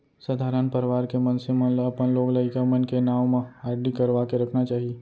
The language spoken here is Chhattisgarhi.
सधारन परवार के मनसे मन ल अपन लोग लइका मन के नांव म आरडी करवा के रखना चाही